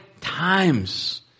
times